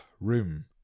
room